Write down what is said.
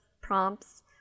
prompts